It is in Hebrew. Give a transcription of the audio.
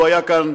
לו היה כאן,